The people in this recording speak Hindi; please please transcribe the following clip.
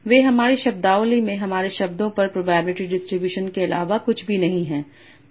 वे हमारी शब्दावली में हमारे शब्दों पर प्रोबेबिलिटी डिस्ट्रीब्यूशन के अलावा कुछ भी नहीं हैं